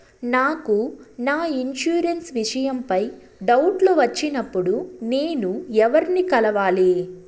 నాకు నా ఇన్సూరెన్సు విషయం పై డౌట్లు వచ్చినప్పుడు నేను ఎవర్ని కలవాలి?